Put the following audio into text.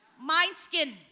mind-skin